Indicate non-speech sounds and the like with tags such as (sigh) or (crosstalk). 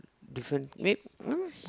different m~ (noise)